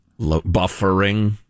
buffering